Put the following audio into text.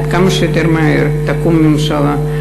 עד כמה שיותר מהר תקום ממשלה,